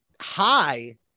high